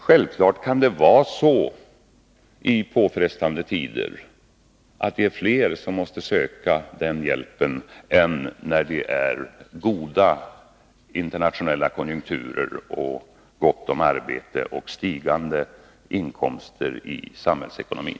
Självklart kan det, i påfrestande tider, vara fler som måste söka den hjälpen än när det är goda internationella konjunkturer, gott om arbete och stigande inkomster i samhällsekonomin.